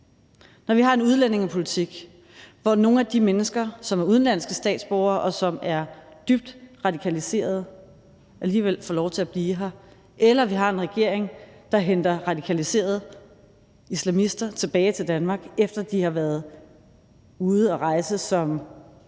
Når vi har en udlændingepolitik, hvor nogle af de mennesker, som er udenlandske statsborgere, og som er dybt radikaliserede, alligevel får lov til at blive her; eller når vi har en regering, der henter radikaliserede islamister tilbage til Danmark, efter at de har været ude at rejse som